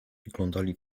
wyglądali